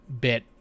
bit